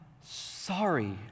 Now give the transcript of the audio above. sorry